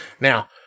Now-